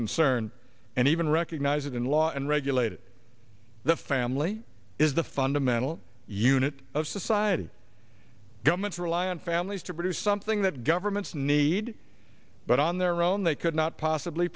concern and even recognize it in law and regulate it the family is the fundamental unit of society governments rely on families to produce something that governments need but on their own they could not possibly